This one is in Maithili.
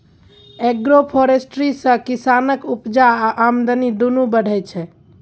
एग्रोफोरेस्ट्री सँ किसानक उपजा आ आमदनी दुनु बढ़य छै